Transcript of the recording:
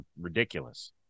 ridiculous